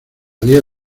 día